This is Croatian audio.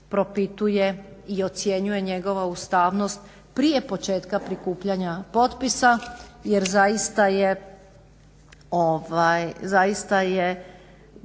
propituje i ocjenjuje njegova ustavnost prije početka prikupljanja potpisa jer zaista je